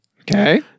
Okay